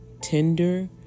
tender